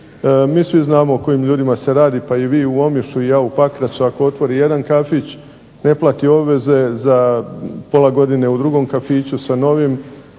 Mi svi znamo o kojim ljudima se radi pa i vi u Omišu i ja u Pakracu, ako otvori jedan kafić ne plati obveze za pola godine u drugom kafiću sa novim